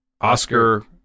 Oscar